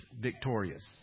victorious